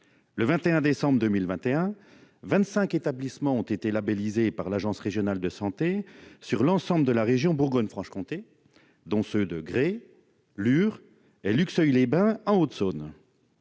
Le 21 décembre 2021, vingt-cinq établissements ont été labellisés par l'agence régionale de santé (ARS) sur l'ensemble de la région Bourgogne-Franche-Comté, dont ceux de Gray, Lure et de Luxeuil-les-Bains en Haute-Saône.